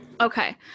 Okay